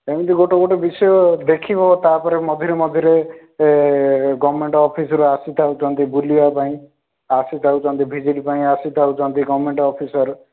ଏମିତି ଗୋଟେ ଗୋଟେ ବିଷୟ ଦେଖିବ ତା'ପରେ ମଝିରେ ମଝିରେ ଗଭର୍ଣ୍ଣମେଣ୍ଟ ଅଫିସର୍ ଆସି ଥାଉଚନ୍ତି ବୁଲିବାପାଇଁ ଆସି ଥାଉଚନ୍ତି ଭିଜିଟ୍ ପାଇଁ ଆସି ଥାଉଚନ୍ତି ଗମେଣ୍ଟ୍ ଅଫିସର୍